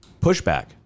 pushback